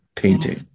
Painting